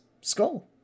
skull